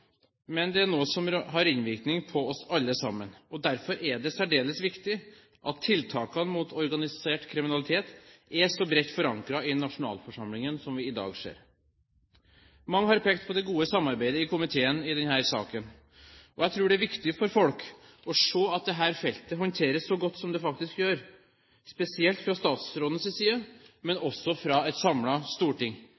men det er noe som har innvirkning på oss alle sammen. Derfor er det særdeles viktig at tiltakene mot organisert kriminalitet er så bredt forankret i nasjonalforsamlingen som vi i dag ser. Mange har pekt på det gode samarbeidet i komiteen i denne saken. Jeg tror det er viktig for folk å se at dette feltet håndteres så godt som det faktisk gjøres, spesielt fra statsrådens side, men